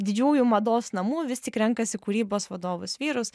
didžiųjų mados namų vis tik renkasi kūrybos vadovus vyrus